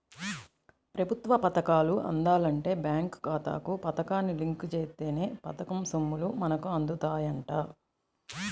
ప్రభుత్వ పథకాలు అందాలంటే బేంకు ఖాతాకు పథకాన్ని లింకు జేత్తేనే పథకం సొమ్ములు మనకు అందుతాయంట